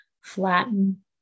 flatten